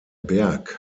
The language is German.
berg